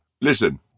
Listen